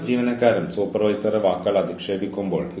പ്രശ്നം ഒറ്റപ്പെട്ട ലംഘനമാണോ അതോ പാറ്റേണിന്റെ ഭാഗമാണോ